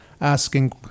asking